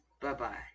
bye-bye